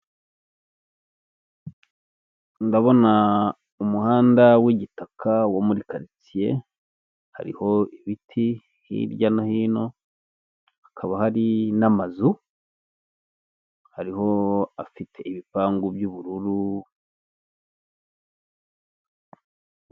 Ndabona umuhanda w'igitaka wo muri karirtsiye hariho ibiti hirya no hino, hakaba hari n'amazu hariho afite ibipangu by'ubururu.